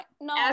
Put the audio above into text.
No